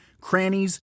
crannies